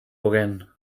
gauguin